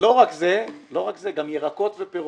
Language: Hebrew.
לא רק זה אלא גם ירקות ופירות.